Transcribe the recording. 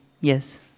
Yes